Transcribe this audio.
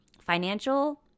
financial